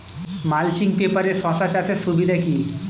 Mulching পেপারে শসা চাষের সুবিধা কি?